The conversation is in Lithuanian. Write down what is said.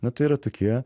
na tai yra tokie